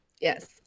Yes